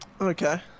Okay